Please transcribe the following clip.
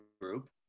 group